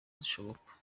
zishoboka